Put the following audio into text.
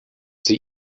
sie